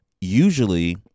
usually